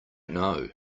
know